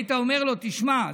היית אומר לו: תשמע,